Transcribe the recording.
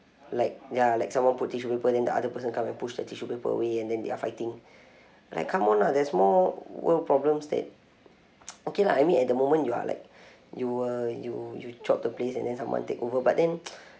like ya like someone put tissue paper then the other person come and push the tissue paper away and then are fighting like come on lah there's more world problems that okay lah I mean at the moment you are like you were you you chope the place and then someone take over but then